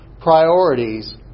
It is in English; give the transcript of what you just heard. priorities